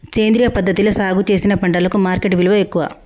సేంద్రియ పద్ధతిలా సాగు చేసిన పంటలకు మార్కెట్ విలువ ఎక్కువ